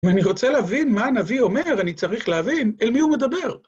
ואני רוצה להבין מה הנביא אומר, אני צריך להבין, אל מי הוא מדבר.